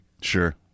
Sure